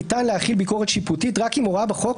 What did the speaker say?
ניתן להחיל ביקורת שיפוטית רק אם הוראה בחוק